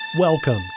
Welcome